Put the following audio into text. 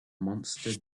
monster